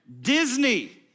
Disney